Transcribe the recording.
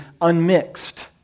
unmixed